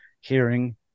hearing